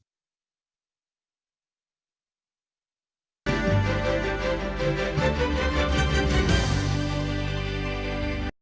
Дякую.